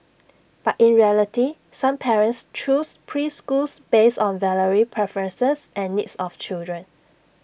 but in reality some parents choose preschools based on varying preferences and needs of children